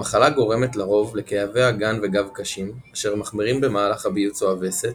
המחלה גורמת לרוב לכאבי אגן וגב קשים אשר מחמירים במהלך הביוץ או הווסת,